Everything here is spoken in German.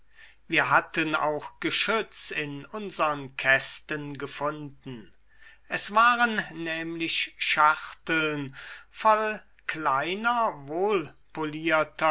wir hatten auch geschütz in unsern kästen gefunden es waren nämlich schachteln voll kleiner